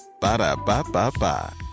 Ba-da-ba-ba-ba